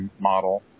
model